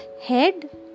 Head